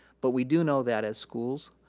but we do know that as schools,